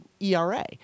ERA